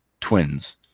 twins